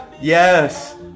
Yes